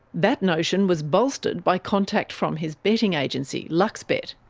that notion was bolstered by contact from his betting agency, luxbet.